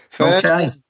Okay